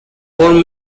von